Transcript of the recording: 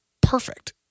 perfect